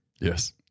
Yes